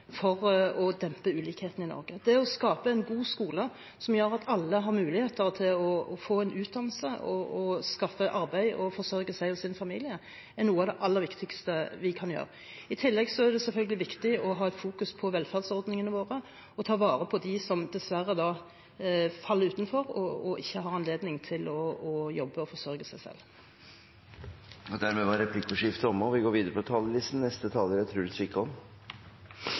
for å dempe ulikhetene i Norge. Det å skape en god skole som gjør at alle har muligheter til å få en utdannelse, skaffe seg arbeid og forsørge seg og sin familie, er noe av det aller viktigste vi kan gjøre. I tillegg er det selvfølgelig viktig å fokusere på velferdsordningene våre og ta vare på dem som dessverre faller utenfor og ikke har anledning til å jobbe og forsørge seg selv. Replikkordskiftet er omme. Hvordan vi skal bruke pengene over statsbudsjettet, skaper ofte mer engasjement samlet sett enn hvordan vi skal hente dem inn. Det er